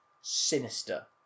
sinister